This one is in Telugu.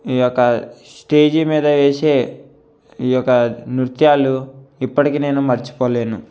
ఈ యొక్క స్టేజి మీద వేసే ఈ యొక్క నృత్యాలు ఇప్పటికి నేను మర్చిపోలేను